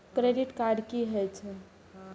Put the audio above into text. Credit card की हे छे?